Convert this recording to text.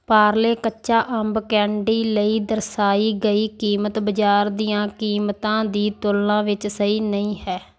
ਪਾਰਲੇ ਕੱਚਾ ਅੰਬ ਕੈਂਡੀ ਲਈ ਦਰਸਾਈ ਗਈ ਕੀਮਤ ਬਾਜ਼ਾਰ ਦੀਆਂ ਕੀਮਤਾਂ ਦੀ ਤੁਲਨਾ ਵਿੱਚ ਸਹੀ ਨਹੀਂ ਹੈ